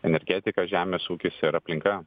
energetika žemės ūkis ir aplinka